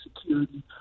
security